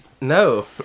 No